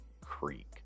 Creek